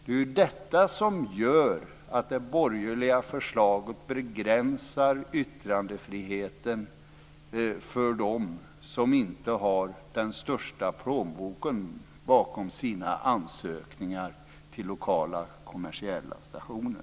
Det är ju detta som gör att det borgerliga förslaget begränsar yttrandefriheten för dem som inte har den största plånboken bakom sina ansökningar till lokala kommersiella stationer.